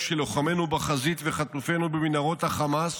כשלוחמינו בחזית וחטופינו במנהרות חמאס,